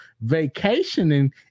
vacationing